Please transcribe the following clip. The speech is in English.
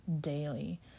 daily